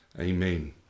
Amen